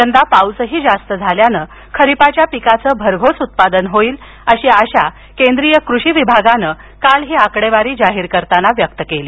यंदा पाऊसही जास्त झाल्यानं खरीपाच्या पिकाचं भरघोस उत्पादन होईल अशी आशा केंद्रीय कृषी विभागानं काल ही आकडेवारी जाहीर करताना व्यक्त केली